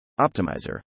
optimizer